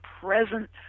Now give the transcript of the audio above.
present